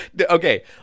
Okay